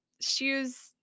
shoes